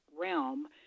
realm